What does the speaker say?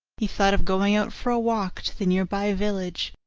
he thought of going out for a walk to the near-by village,